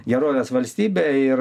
gerovės valstybė ir